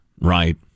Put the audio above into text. Right